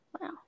Wow